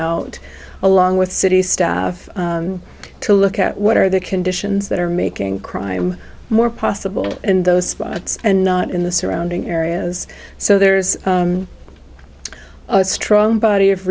out along with city staff to look at what are the conditions that are making crime more possible in those spots and not in the surrounding areas so there's a strong body of